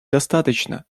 достаточно